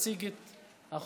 להציג את החוק.